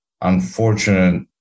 unfortunate